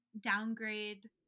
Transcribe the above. downgrade